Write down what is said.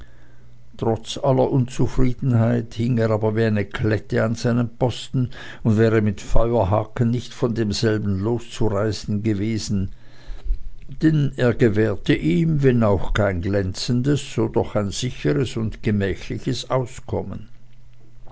trotz aller unzufriedenheit hing er aber wie eine klette an seinem posten und wäre mit feuerhaken nicht von demselben loszureißen gewesen denn er gewährte ihm wenn auch kein glänzendes so doch ein sicheres und gemächliches auskommen